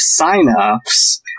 signups